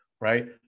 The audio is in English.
right